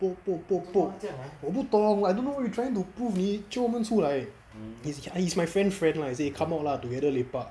poke poke poke poke 我不懂 I don't know what he trying to prove 你 jio 我们出来你 ya he's my friend's friend lah he say come out lah together lepak